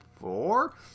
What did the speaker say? four